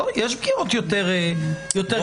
לא, יש פגיעות יותר קטנות.